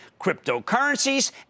cryptocurrencies